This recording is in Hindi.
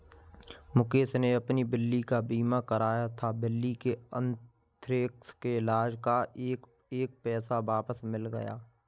मुकेश ने अपनी बिल्ली का बीमा कराया था, बिल्ली के अन्थ्रेक्स के इलाज़ का एक एक पैसा वापस मिल गया